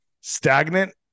stagnant